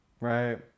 Right